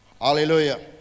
hallelujah